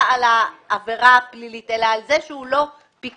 על העבירה הפלילית אלא על כך שהוא לא פיקח.